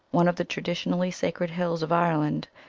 one of the traditionally sacred hills of ireland,